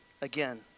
again